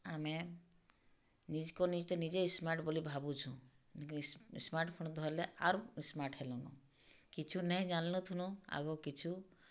ଆମେ ନିଜ୍କୁ ନିଜ୍ ତ ନିଜେ ସ୍ମାର୍ଟ୍ ବୋଲି ଭାବୁଛୁଁ ସ୍ମାର୍ଟଫୋନ୍ ଧର୍ଲେ ଆର୍ ସ୍ମାର୍ଟ୍ ହେଲୁନ କିଛୁ ନାଇଁ ଜାନ୍ଥିଲୁ ଆଗ କିଛୁ